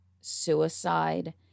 suicide